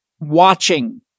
watching